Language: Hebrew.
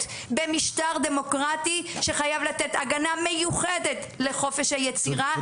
במשטר דמוקרטי שחייב לתת הגנה מיוחדת לחופש היצירה,